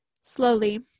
Slowly